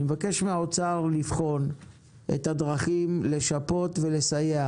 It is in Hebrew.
אני מבקש מהאוצר לבחון את הדרכים לשפות ולסייע